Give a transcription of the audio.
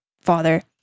father